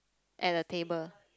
at the table